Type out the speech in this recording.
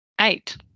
eight